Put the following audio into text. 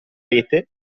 rete